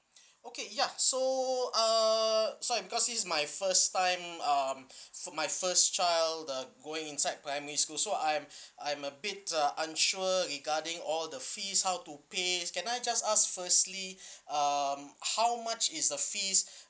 okay ya so uh so I because it's my first time um for my first child uh going inside primary school so I'm I'm a bit uh unsure regarding all the fees how to pay can I just ask firstly um how much is the fees